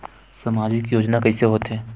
सामजिक योजना कइसे होथे?